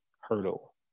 hurdle